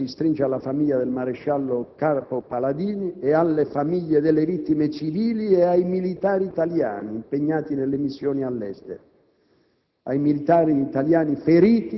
Il Senato della Repubblica si stringe attorno alla famiglia del maresciallo capo Paladini e alle famiglie delle vittime civili e ai militari italiani impegnati nelle missioni all'estero;